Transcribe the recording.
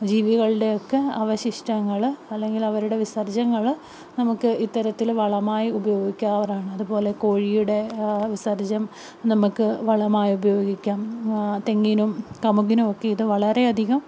ജീവികളുടെ ഒക്കെ അവശിഷ്ടങ്ങൾ അല്ലെങ്കിൽ അവരുടെ വിസർജങ്ങൾ നമുക്ക് ഇത്തരത്തിൽ വളമായി ഉപയോഗിക്കാവുന്നതാണ് അതുപോലെ കോഴിയുടെ വിസർജം നമുക്ക് വളമായി ഉപയോഗിക്കാം തെങ്ങിനും കമുകിനും ഒക്കെ ഇത് വളരെയധികം